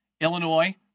Illinois